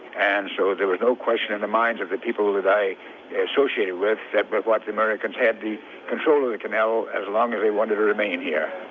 and so there was no question in the minds of the people that i associated with that but like the americans had the control of the canal as long as they wanted to remain here.